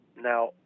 Now